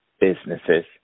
businesses